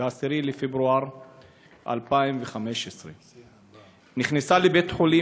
ב-10 בפברואר 2015. היא נכנסה לבית-החולים